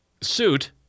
suit